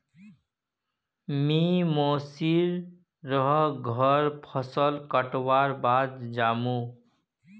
मी मोसी र घर फसल कटवार बाद जामु